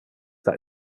that